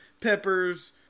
peppers